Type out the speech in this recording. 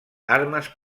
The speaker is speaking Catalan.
armes